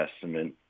Testament